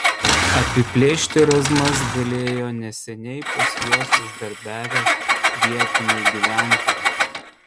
apiplėšti razmas galėjo neseniai pas juos uždarbiavę vietiniai gyventojai